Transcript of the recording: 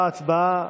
אני נועל את ההצבעה.